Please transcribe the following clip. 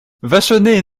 vachonnet